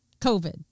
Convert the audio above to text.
covid